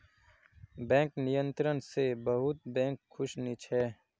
bank नियंत्रण स बहुत बैंक खुश नी छ